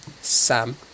Sam